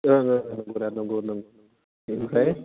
ओं ओं नंगौ नंगौ बिनिफ्राय